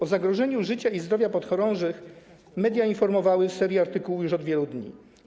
O zagrożeniu życia i zdrowia podchorążych media informowały w serii artykułów już od wielu dni.